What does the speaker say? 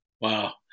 wow